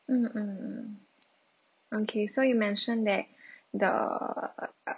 mm mm mm okay so you mentioned that the